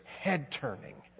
head-turning